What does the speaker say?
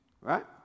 right